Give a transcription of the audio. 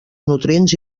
nutrients